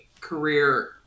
career